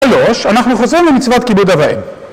שלוש, אנחנו חוזרים למצוות כיבוד אב ואם